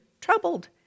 troubled